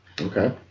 Okay